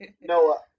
No